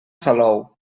salou